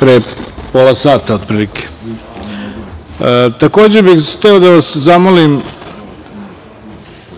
pre pola sata, otprilike. Takođe, hteo bih da vas zamolim,